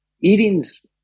Eating's